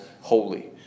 holy